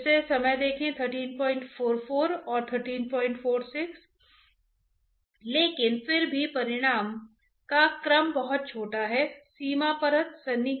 फिर जब यह वस्तु को देखता है तो जाहिर है कि आपके पास एक सीमा परत एक वेलोसिटी सीमा परत या एक मोमेंटम सीमा परत होगी